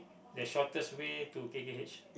the shortest way to k_k_h